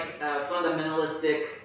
fundamentalistic